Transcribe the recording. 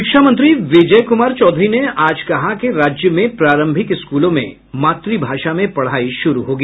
शिक्षा मंत्री विजय कुमार चौधरी ने आज कहा कि राज्य में प्रारंभिक स्कूलों में मातृभाषा में पढ़ाई शुरू होगी